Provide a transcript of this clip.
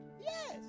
yes